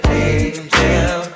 angel